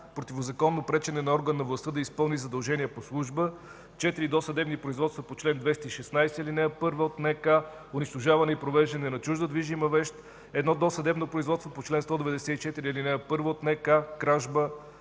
противозаконно пречене на орган на властта да изпълни задължение по служба; четири досъдебни производства по чл. 216, ал. 1 от НК – унищожаване и повреждане на чужда движима вещ; едно досъдебно производство по чл. 194, ал. 1 от НК – кражба;